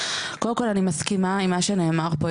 קודם כל אני מסכימה עם מה שנאמר פה.